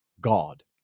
God